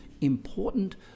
important